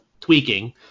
tweaking